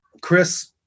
chris